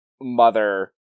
mother